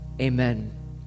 amen